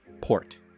port